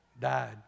died